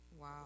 Wow